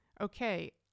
Okay